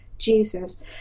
Jesus